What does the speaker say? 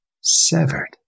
Severed